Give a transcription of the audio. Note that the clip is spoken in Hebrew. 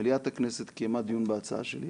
מליאת הכנסת קיימה דיון בהצעה שלי,